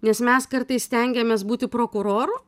nes mes kartais stengiamės būti prokuroru